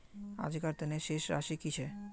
आजकार तने शेष राशि कि छे?